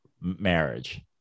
marriage